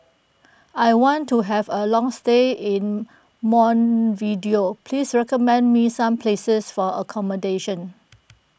I want to have a long stay in Montevideo please recommend me some places for accommodation